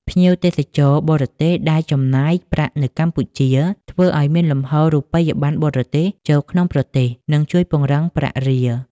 ភ្ញៀវទេសចរបរទេសដែលចំណាយប្រាក់នៅកម្ពុជា ធ្វើឱ្យមានលំហូររូបិយប័ណ្ណបរទេសចូលក្នុងប្រទេស និងជួយពង្រឹងប្រាក់រៀល។